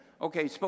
Okay